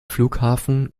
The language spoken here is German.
flughafen